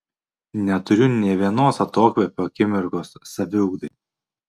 neturiu ne vienos atokvėpio akimirkos saviugdai